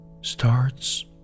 starts